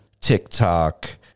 TikTok